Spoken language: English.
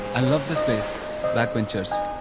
i love this place backbenchers.